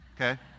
okay